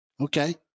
Okay